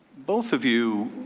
both of you